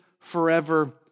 forever